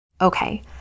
Okay